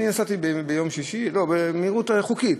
אני נסעתי ביום שישי, במהירות חוקית.